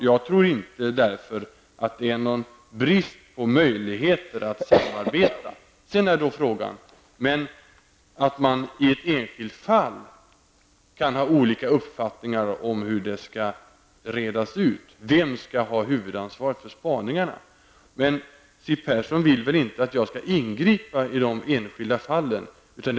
Jag tror därför inte att det finns någon brist på möjligheter att samarbeta. Sedan är det en annan fråga att man i enskilda fall kan ha olika uppfattningar om hur saken skall redas ut, vem som skall ha huvudansvaret för spaningarna. Siw Persson vill väl inte att jag skall ingripa i de enskilda fallen.